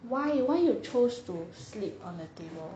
why why you chose to sleep on the table